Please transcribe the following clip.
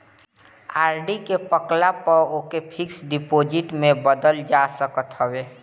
RD के पकला पअ ओके फिक्स डिपाजिट में बदल जा सकत हवे